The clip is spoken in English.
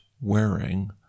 wearing